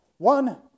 One